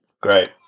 Great